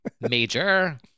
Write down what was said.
major